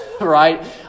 right